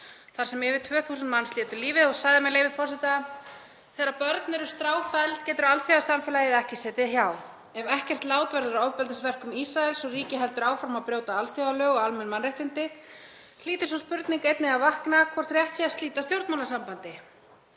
þar sem yfir 2.000 manns létu lífið og sagði, með leyfi forseta: „Þegar börn eru stráfelld getur alþjóðasamfélagið ekki setið hjá. Ef ekkert lát verður á ofbeldisverkum Ísraels og ríkið heldur áfram að brjóta alþjóðalög og almenn mannréttindi hlýtur sú spurning einnig að vakna hvort rétt sé að slíta stjórnmálasambandi